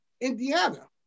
Indiana